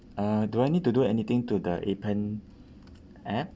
uh do I need to do anything to the appen app